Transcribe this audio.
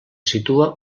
situa